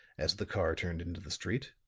as the car turned into the street.